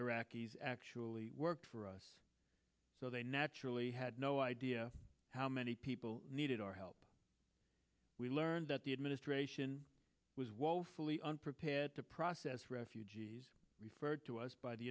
iraqis actually worked for us so they naturally had no idea how many people needed our help we learned that the administration was woefully unprepared to process refugees referred to us by the